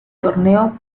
torneo